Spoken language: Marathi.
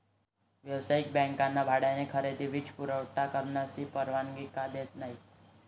व्यावसायिक बँकांना भाड्याने खरेदी वित्तपुरवठा करण्याची परवानगी का देत नाही